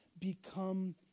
become